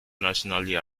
nationally